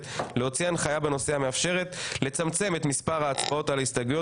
הם עדיין מנסים למשוך זמן.